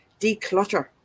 declutter